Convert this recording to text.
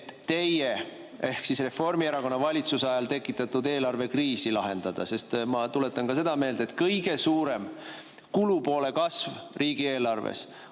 et teie ehk Reformierakonna valitsuse ajal tekitatud eelarvekriisi lahendada. Ma tuletan meelde ka seda, et kõige suurem kulupoole kasv riigieelarves